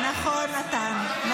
נכון, מתן.